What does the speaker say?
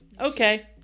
Okay